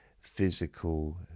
physical